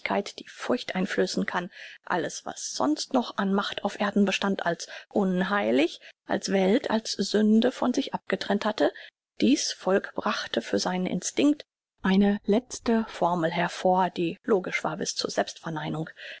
die furcht einflößen kann alles was sonst noch an macht auf erden bestand als unheilig als welt als sünde von sich abgetrennt hatte dies volk brachte für seinen instinkt eine letzte formel hervor die logisch war bis zur selbstverneinung